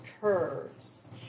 curves